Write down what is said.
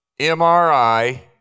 MRI